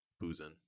boozing